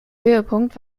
höhepunkt